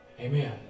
amen